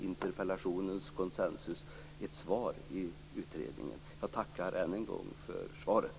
Interpellationens konsensus kanske får ett svar i utredningen. Jag tackar än en gång för svaret.